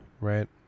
right